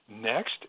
Next